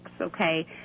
okay